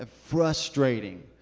Frustrating